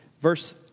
Verse